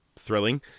Thrilling